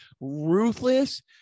ruthless